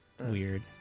weird